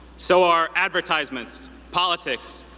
so are advertisements, politics,